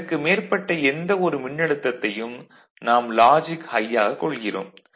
இதற்கு மேற்பட்ட எந்த ஒரு மின்னழுத்தத்தையும் நாம் லாஜிக் ஹை ஆக கொள்கிறோம்